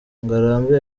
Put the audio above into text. ngarambe